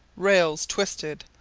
rails twisted,